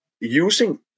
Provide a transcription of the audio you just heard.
using